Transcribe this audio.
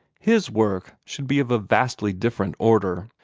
his work should be of a vastly different order.